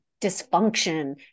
dysfunction